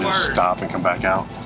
stop and come back out?